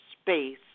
space